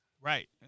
Right